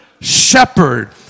shepherd